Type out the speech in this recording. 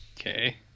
Okay